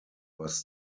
must